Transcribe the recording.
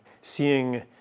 seeing